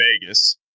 Vegas